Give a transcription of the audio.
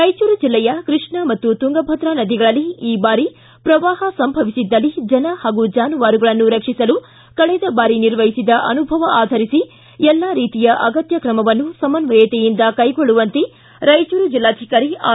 ರಾಯಚೂರು ಜಿಲ್ಲೆಯ ಕೃಷ್ಣಾ ಮತ್ತು ತುಂಗಭದ್ರ ನದಿಗಳಲ್ಲಿ ಈ ಬಾರಿ ಪ್ರವಾಪ ಸಂಭವಿಸಿದ್ದಲ್ಲಿ ಜನ ಹಾಗೂ ಜಾನುವಾರುಗಳನ್ನು ರಕ್ಷಿಸಲು ಕಳೆದ ಬಾರಿ ನಿರ್ವಹಿಸಿದ ಅನುಭವ ಆಧರಿಸಿ ಎಲ್ಲಾ ರೀತಿಯ ಅಗತ್ಯ ತ್ರಮವನ್ನು ಸಮಸ್ವಯತೆಯಿಂದ ಕೈಗೊಳ್ಳುವಂತೆ ರಾಯಚೂರು ಜಿಲ್ಲಾಧಿಕಾರಿ ಆರ್